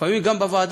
לפעמים גם בוועדה,